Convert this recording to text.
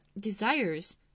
desires